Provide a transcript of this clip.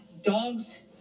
dogs